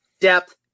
depth